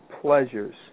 pleasures